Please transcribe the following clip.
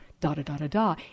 da-da-da-da-da